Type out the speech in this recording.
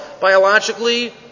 biologically